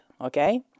okay